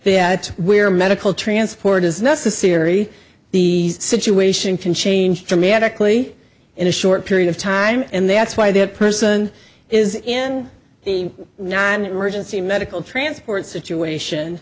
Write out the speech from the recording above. that where medical transport is necessary the situation can change dramatically in a short period of time and that's why that person is an emergency medical transport situation